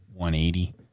180